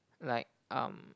like um